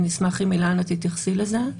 אילנה, אני אשמח אם תתייחסי אליהם.